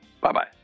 Bye-bye